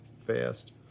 fast